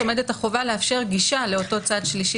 עומדת החובה לאפשר גישה לאותו צד שלישי